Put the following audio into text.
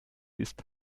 ist